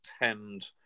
attend